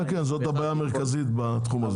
כן, זאת הבעיה המרכזית בתחום הזה.